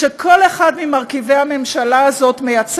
שכל אחד ממרכיבי הממשלה הזאת מייצג